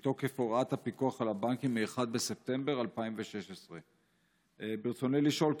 מתוקף הוראת הפיקוח על הבנקים מ-1 בספטמבר 2016. ברצוני לשאול: